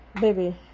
baby